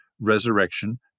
Resurrection